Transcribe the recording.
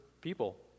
people